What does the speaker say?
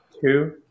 Two